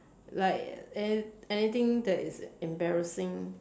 like any anything that is embarrassing